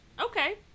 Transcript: Okay